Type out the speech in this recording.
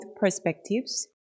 perspectives